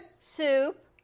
soup